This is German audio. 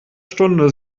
stunde